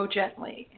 gently